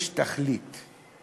יש תכלית,